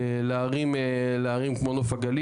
ואהבת לרעך כמוך.